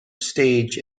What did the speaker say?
stage